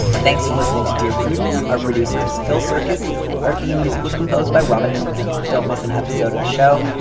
thanks for listening to dear prudence. our producer is phil circus our theme music was composed by robin hilton. don't miss an episode of the show.